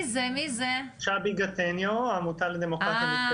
שבי גטניו, העמותה לדמוקרטיה מתקדמת.